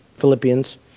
Philippians